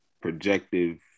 projective